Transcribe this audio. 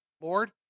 Lord